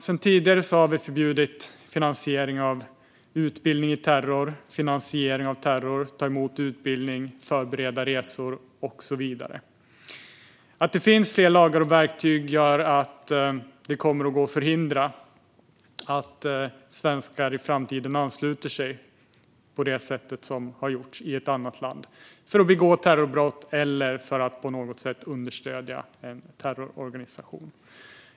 Sedan tidigare har vi förbjudit finansiering av utbildning i terror, finansiering av terror, att ta emot utbildning, att förbereda resor och så vidare. Att det finns fler lagar och verktyg gör att det kommer att gå att förhindra att svenskar i framtiden ansluter sig på det sätt som har gjorts i ett annat land för att begå terrorbrott eller för att på något sätt understödja en terrororganisation.